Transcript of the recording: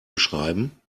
beschreiben